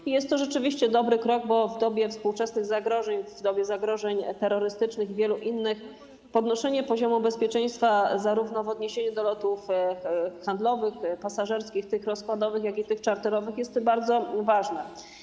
I jest to rzeczywiście dobry krok, bo w dobie współczesnych zagrożeń, w dobie zagrożeń terrorystycznych i wielu innych podnoszenie poziomu bezpieczeństwa, zarówno w odniesieniu do lotów handlowych, pasażerskich, tych rozkładowych, jak i tych czarterowych jest bardzo ważne.